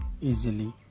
easily